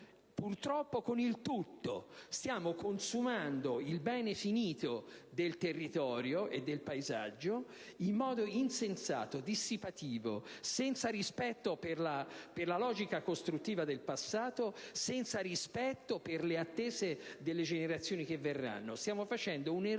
purtroppo con il tutto. Stiamo consumando il bene finito del territorio e del paesaggio in modo insensato, dissipativo, senza rispetto per la logica costruttiva del passato e per le attese delle generazioni che verranno. Stiamo facendo un errore